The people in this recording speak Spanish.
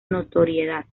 notoriedad